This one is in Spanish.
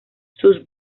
sus